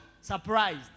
Surprised